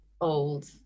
old